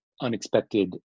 unexpected